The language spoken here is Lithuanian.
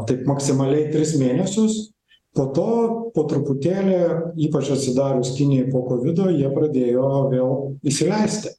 taip maksimaliai tris mėnesius po to po truputėlį ypač atsidarius kinijai po kovido jie pradėjo vėl įsileisti